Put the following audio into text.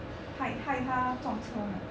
害害他撞车的